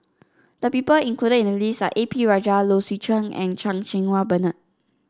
the people included in the list are A P Rajah Low Swee Chen and Chan Cheng Wah Bernard